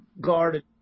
guarded